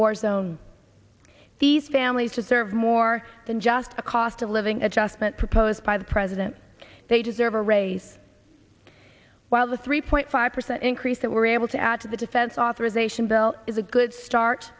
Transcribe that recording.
war zone these families deserve more than just the cost of living adjustment proposed by the president they deserve a raise while the three point five percent increase that we're able to add to the defense authorization bill is a good start